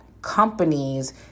Companies